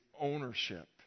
ownership